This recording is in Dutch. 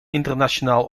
internationaal